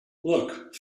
look